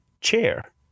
chair